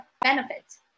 benefits